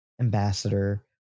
ambassador